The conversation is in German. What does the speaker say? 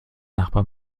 nachbar